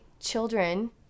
children